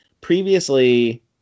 previously